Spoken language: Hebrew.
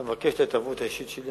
אתה מבקש את ההתערבות האישית שלי.